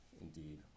indeed